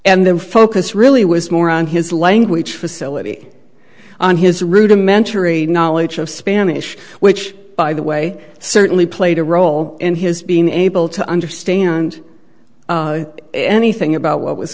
and the focus really was more on his language facility on his rudimentary knowledge of spanish which by the way certainly played a role in his being able to understand anything about what was